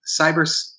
cyber